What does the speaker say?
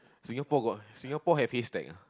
Singapore got Singapore have haystack ah